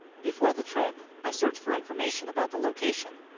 before the trip i search for information, about the location,